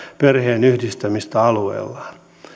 perheenyhdistämistä alueellaan